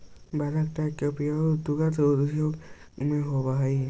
bulk tank के उपयोग दुग्ध उद्योग में होवऽ हई